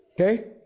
Okay